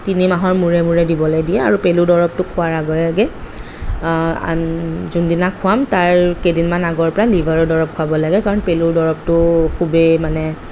তিনিমাহৰ মূৰে মূৰে দিবলৈ দিয়ে আৰু পেলু দৰবটো খোৱাৰ আগে আগে যোনদিনা খোৱাম তাৰ কেইদিনমান আগৰপৰা লিভাৰৰ দৰব খোৱাব লাগে কাৰণ পেলুৰ দৰবটো খুবেই মানে